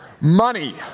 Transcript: Money